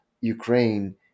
Ukraine